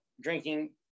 drinking